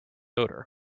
odor